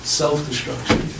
self-destruction